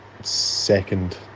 second